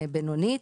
ובינונית,